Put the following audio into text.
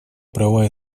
права